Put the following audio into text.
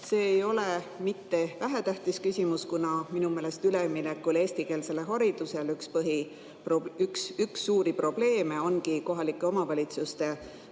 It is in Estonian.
See ei ole mitte vähetähtis küsimus, kuna minu meelest üleminekul eestikeelsele haridusele üks suuri probleeme ongi kohalike omavalitsuste